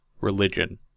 religion